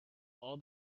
all